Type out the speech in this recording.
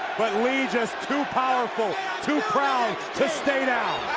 but lee just too powerful, too proud to stay down.